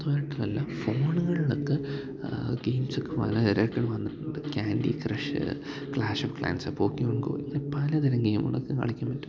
ഫോണുകളിലൊക്കെ ഗെയിംസൊക്കെ പലതരമായിട്ട് വന്നിട്ടുണ്ട് Candy Crush Clash of Clans Pokemon Go ഇങ്ങനെ പലതരം ഗെയിമുകളൊക്കെ കളിക്കാന് പറ്റും